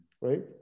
Right